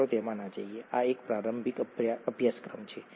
ચાલો તેમાં ન જઈએ આ એક પ્રારંભિક અભ્યાસક્રમ છે